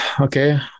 Okay